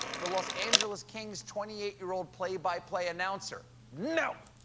the los angeles kings twenty eight year old play-by-play announcer. no!